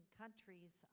countries